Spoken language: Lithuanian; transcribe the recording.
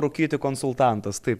rūkyti konsultantas taip